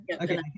okay